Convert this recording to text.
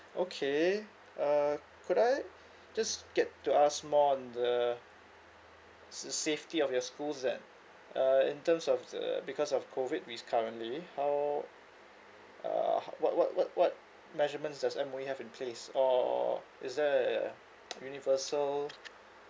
okay uh could I just get to ask more on the sa~ safety of your schools then uh in terms of the because of COVID which currently how uh how what what what what measurements does M_O_E have in place or is there a universal